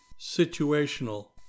situational